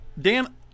Dan